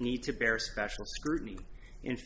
need to bear special scrutiny in